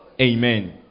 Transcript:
Amen